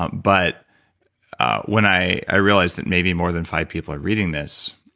um but when i i realized that maybe more than five people are reading this,